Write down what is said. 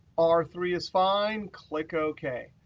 r three is fine. click ok.